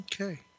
Okay